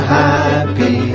happy